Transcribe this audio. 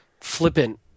flippant